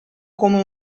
come